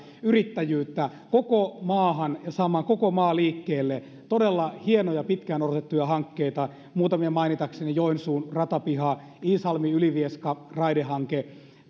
ja yrittäjyyttä koko maahan ja saamaan koko maa liikkeelle todella hienoja pitkään odotettuja hankkeita muutamia mainitakseni joensuun ratapiha iisalmi ylivieska raidehanke